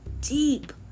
deep